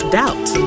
doubt